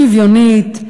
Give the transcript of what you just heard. שוויונית,